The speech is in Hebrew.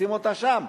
לשים אותה שם,